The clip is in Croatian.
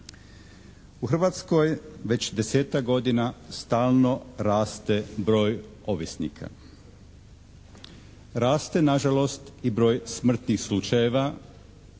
U Hrvatskoj već desetak godina stalno raste broj ovisnika. Raste na žalost i broj smrtnih slučajeva,